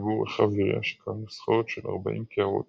חיבור רחב יריעה שכלל נוסחאות של ארבעים קערות